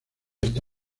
hasta